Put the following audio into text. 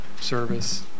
service